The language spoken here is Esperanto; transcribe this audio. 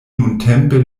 nuntempe